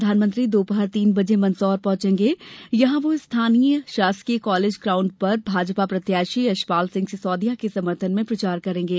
प्रधानमंत्री दोपहर तीन बजे मंदसौर पहॅचेंगे जहां वो स्थानीय शासकीय कॉलेज ग्राउण्ड पर भाजपा प्रत्याशी यशपाल सिंह सिसोदिया के समर्थन में प्रचार करेंगे